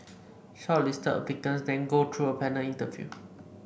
shortlisted applicants then go through a panel interview